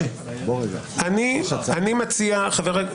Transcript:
לא ייאמן.